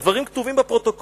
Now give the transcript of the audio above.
הדברים כתובים בפרוטוקול: